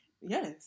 Yes